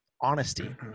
honesty